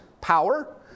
power